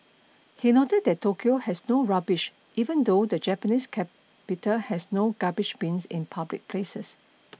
he noted that Tokyo has no rubbish even though the Japanese capital has no garbage bins in public places